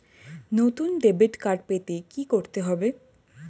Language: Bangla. নতুন ডেবিট কার্ড পেতে কী করতে হবে?